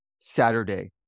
Saturday